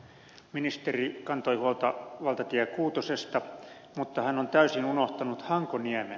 ministeri kantoi huolta valtatie kuutosesta mutta hän on täysin unohtanut hankoniemen